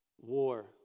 War